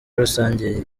rusange